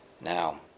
Now